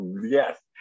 Yes